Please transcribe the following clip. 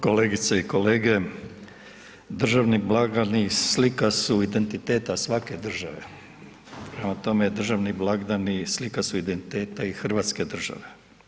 Kolegice i kolege, državni blagdani slika su identiteta svake države, prema tome državni blagdani slika su identiteta i hrvatske države.